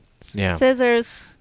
Scissors